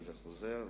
וזה חוזר.